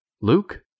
Luke